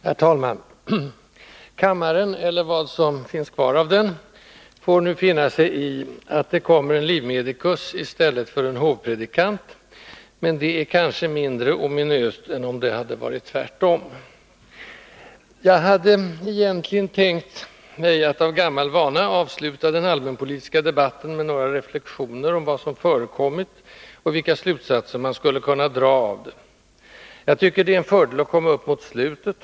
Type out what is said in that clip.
Herr talman! Kammaren, eller vad som finns kvar av den, får nu finna sig i att det kommer en livmedikus i stället för en hovpredikant, men det är kanske mindre ominöst än om det hade varit tvärtom. Jag hade egentligen tänkt mig att av gammal vana avsluta den allmänpolitiska debatten med några reflexioner om vad som förekommit och vilka slutsatser man skulle kunna dra av det. Jag tycker det är en fördel att komma upp mot slutet.